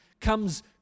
comes